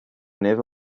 never